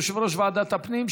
יושב-ראש ועדת הפנים,